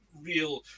real